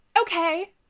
Okay